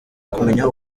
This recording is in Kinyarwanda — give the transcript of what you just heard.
kumenya